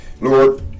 Lord